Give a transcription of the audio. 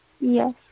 Yes